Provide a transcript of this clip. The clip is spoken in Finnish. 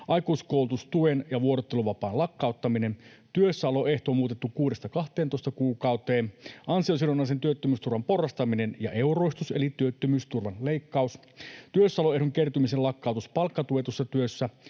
aikuiskoulutustuen ja vuorotteluvapaan lakkauttaminen, työssäoloehto muutettu 6:sta 12 kuukauteen, ansiosidonnaisen työttömyysturvan porrastaminen ja euroistus eli työttömyysturvan leikkaus, työssäoloehdon kertymisen lakkautus palkkatuetussa työssä